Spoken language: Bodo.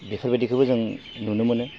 बेफोरबादिखौबो जों नुनो मोनो